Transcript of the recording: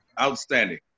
Outstanding